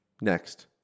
Next